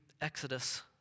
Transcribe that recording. Exodus